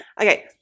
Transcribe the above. Okay